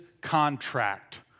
contract